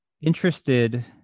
interested